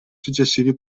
successivi